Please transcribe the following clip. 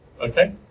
Okay